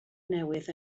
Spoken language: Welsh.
newydd